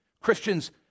Christians